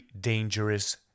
dangerous